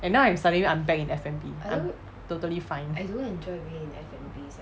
and now I'm studying I'm back in F&B I'm totally fine